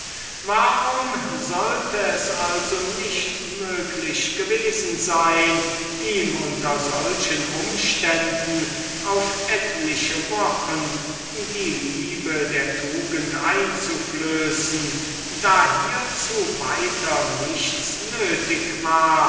warum sollte es also nicht möglich gewesen sein ihm unter solchen umständen auf etliche wochen die liebe der tugend einzuflößen da hiezu weiter nichts nötig war